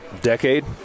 decade